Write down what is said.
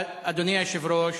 אדוני היושב-ראש,